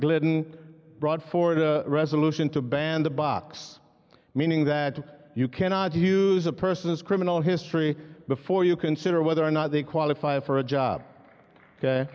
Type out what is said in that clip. glidden brought forward a resolution to ban the box meaning that you cannot use a person's criminal history before you consider whether or not they qualify for a job